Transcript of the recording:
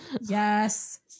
yes